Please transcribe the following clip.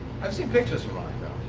i've seen pictures from monaco.